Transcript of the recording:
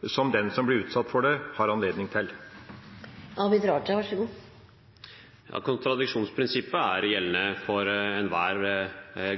som den som blir utsatt for det, har anledning til? Kontradiksjonsprinsippet er gjeldende for enhver